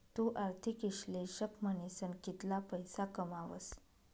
तु आर्थिक इश्लेषक म्हनीसन कितला पैसा कमावस